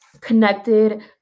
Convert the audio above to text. connected